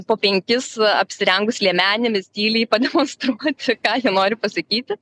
po penkis apsirengus liemenėmis tyliai pademonstruoti ką jie nori pasakyti